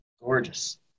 gorgeous